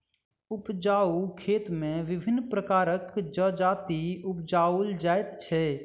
उपजाउ खेत मे विभिन्न प्रकारक जजाति उपजाओल जाइत छै